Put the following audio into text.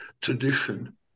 tradition